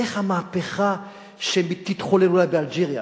איך המהפכה שתתחולל אולי באלג'יריה?